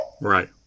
Right